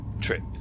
Trip